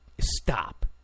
stop